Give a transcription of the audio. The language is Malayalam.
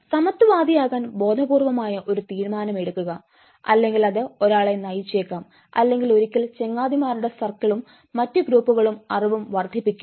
സമത്വവാദിയാകാൻ ബോധപൂർവമായ ഒരു തീരുമാനം എടുക്കുക അല്ലെങ്കിൽ അത് ഒരാളെ നയിച്ചേക്കാം അല്ലെങ്കിൽ ഒരിക്കൽ ചങ്ങാതിമാരുടെ സർക്കിളും മറ്റ് ഗ്രൂപ്പുകളുടെ അറിവും വർദ്ധിപ്പിക്കും